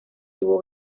tubo